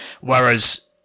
Whereas